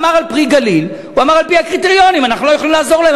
אמר על "פרי הגליל": על-פי הקריטריונים אנחנו לא יכולים לעזור להם.